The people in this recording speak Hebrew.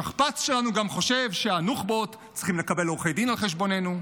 השכפ"ץ שלנו גם חושב שהנוח'בות צריכים לקבל עורכי דין על חשבוננו.